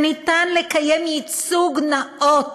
שאפשר לקיים ייצוג נאות